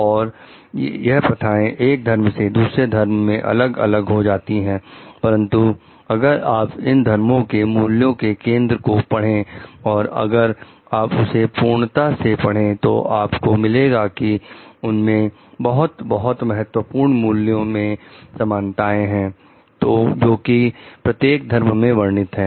और यह प्रथाएं एक धर्म से दूसरे धर्म में अलग अलग हो सकती हैं परंतु अगर आप इन धर्मों के मूल्यों के केंद्र को पढ़ें और अगर आप उसे पूर्णता से पढ़ें तो आपको मिलेगा कि उनमें बहुत बहुत महत्वपूर्ण मूल्यों में समानताएं हैं जो कि प्रत्येक धर्म में वर्णित है